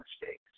mistakes